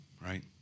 right